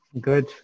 good